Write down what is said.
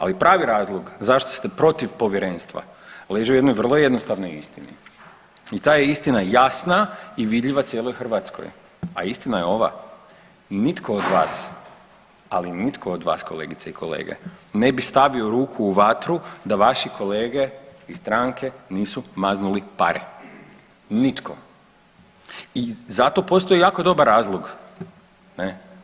Ali pravi razlog zašto ste protiv povjerenstva leži u jednoj vrlo jednostavnoj istini i ta je istina jasna i vidljiva cijeloj Hrvatskoj, a istina je ova, nitko od vas, ali nitko od vas kolegice i kolege ne bi stavio ruku u vatru da vaši kolege iz stranke nisu maznuli pare, nitko i zato postoji jako dobar razlog ne.